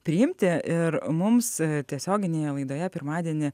priimti ir mums tiesioginėje laidoje pirmadienį